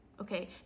okay